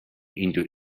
into